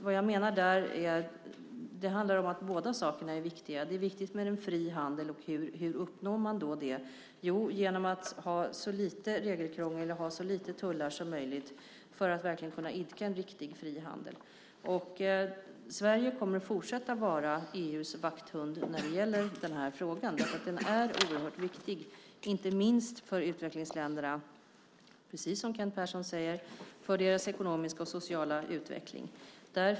Vad jag menar är att det handlar om att båda sakerna är viktiga. Det är viktigt med en fri handel. Och hur uppnår man då det? Jo, det gör man genom att ha så lite regelkrångel och så lite tullar som möjligt, för att verkligen kunna idka en riktigt fri handel. Sverige kommer att fortsätta att vara EU:s vakthund när det gäller den här frågan. Den är oerhört viktig inte minst för utvecklingsländerna, precis som Kent Persson säger, för deras ekonomiska och sociala utveckling.